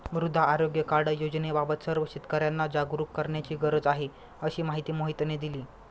मृदा आरोग्य कार्ड योजनेबाबत सर्व शेतकर्यांना जागरूक करण्याची गरज आहे, अशी माहिती मोहितने दिली